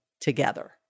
together